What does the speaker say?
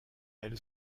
elle